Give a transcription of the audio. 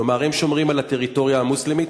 כלומר, הם שומרים על הטריטוריה המוסלמית.